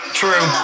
true